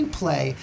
play